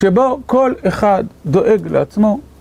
שבו כל אחד דואג לעצמו